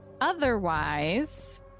otherwise